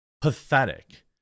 pathetic